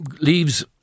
leaves